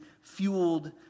fueled